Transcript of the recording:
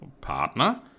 partner